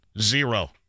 Zero